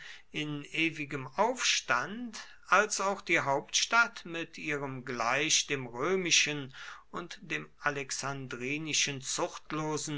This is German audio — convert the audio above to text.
in ewigem aufstand als auch die hauptstadt mit ihrem gleich dem römischen und dem